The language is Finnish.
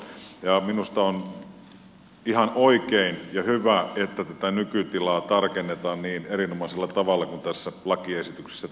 minusta on ihan oikein ja hyvä että tätä nykytilaa tarkennetaan niin erinomaisella tavalla kuin tässä lakiesityksessä tehdään